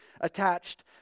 attached